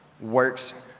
works